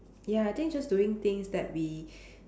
ya I think just doing things that we